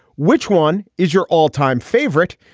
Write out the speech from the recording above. which one is your all time favorite.